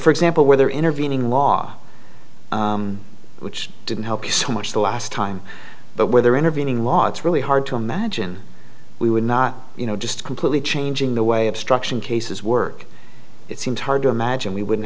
for example whether intervening law which didn't help you so much the last time but whether intervening law it's really hard to imagine we would not you know just completely changing the way obstruction cases work it seems hard to imagine we wouldn't